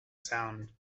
sound